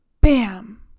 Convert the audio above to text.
bam